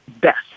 best